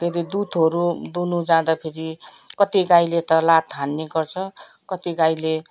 के रे दुधहरू दुहुनु जाँदाखेरि कति गाईले त लात हान्ने गर्छ कति गाईले